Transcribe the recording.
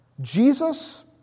Jesus